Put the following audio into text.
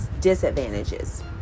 disadvantages